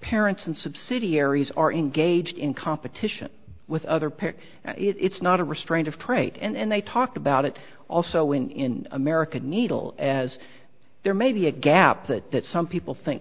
parents and subsidiaries are engaged in competition with other pick it's not a restraint of trade and they talk about it also in american eagle as there may be a gap that that some people think